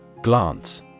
Glance